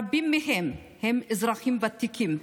רבים מהם הם אזרחים ותיקים,